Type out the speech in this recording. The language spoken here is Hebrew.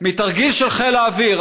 מתרגיל של חיל האוויר.